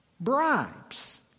Bribes